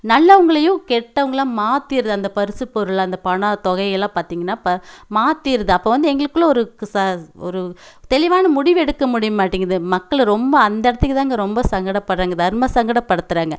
நல்லவங்களையும் கெட்டவங்களாக மாத்திடுது அந்த பரிசு பொருள் அந்த பணத்தொகையெல்லாம் பார்த்தீங்கன்னா இப்போ மாத்திடுது அப்போ வந்து எங்களுக்குள்ள ஒரு ச ஒரு தெளிவான முடிவு எடுக்க முடிய மாட்டேங்குது மக்களும் ரொம்ப அந்த இடத்துக்குதாங்க ரொம்ப சங்கடப்படுறாங்க தர்மசங்கடப் படுத்துகிறாங்க